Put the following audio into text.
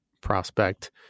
Prospect